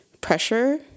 pressure